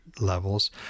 levels